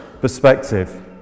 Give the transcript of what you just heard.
perspective